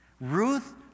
Ruth